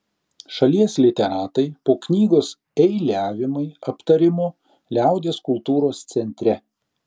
šalies literatai po knygos eiliavimai aptarimo liaudies kultūros centre